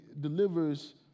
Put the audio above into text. delivers